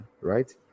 right